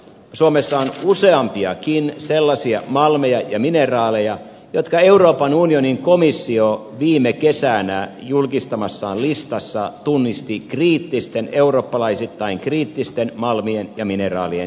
suomessa on useampiakin sellaisia malmeja ja mineraaleja jotka euroopan unionin komissio viime kesänä julkistamassaan listassa tunnisti eurooppalaisittain kriittisten malmien ja mineraalien joukkoon